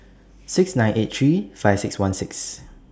six nine eight three five six one six